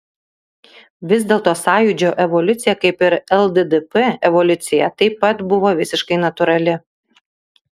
vis dėlto sąjūdžio evoliucija kaip ir lddp evoliucija taip pat buvo visiškai natūrali